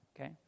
Okay